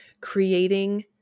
creating